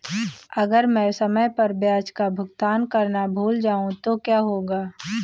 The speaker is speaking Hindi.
अगर मैं समय पर ब्याज का भुगतान करना भूल जाऊं तो क्या होगा?